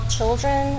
children